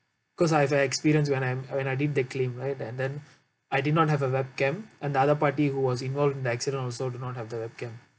cause I have a experience when I'm when I did the claim right and then I did not have a webcam another party who was involved in the accident also did not have the webcam